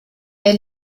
der